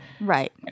Right